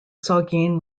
saugeen